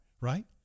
right